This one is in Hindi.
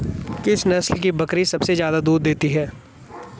किस नस्ल की बकरी सबसे ज्यादा दूध देती है?